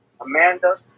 Amanda